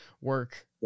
work